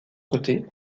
côté